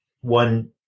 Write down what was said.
one